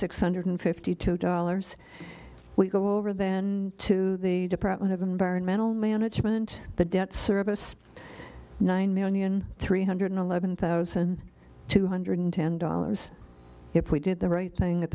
six hundred fifty two dollars will go over then to the department of environmental management the debt service nine million three hundred eleven thousand two hundred ten dollars if we did the right thing at